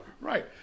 Right